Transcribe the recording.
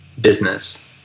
business